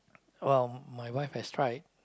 well my wife has tried